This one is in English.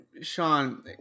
Sean